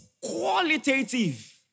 qualitative